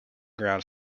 ground